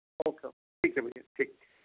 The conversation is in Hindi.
ओके ओके ठीक है भैया ठीक है